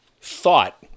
thought